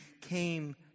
came